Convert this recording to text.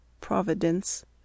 Providence